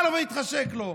בא לו ומתחשק לו.